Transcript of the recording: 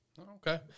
Okay